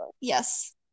Yes